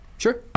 Sure